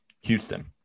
Houston